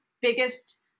biggest